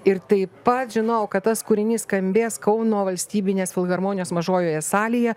ir taip pat žinojau kad tas kūrinys skambės kauno valstybinės filharmonijos mažojoje salėje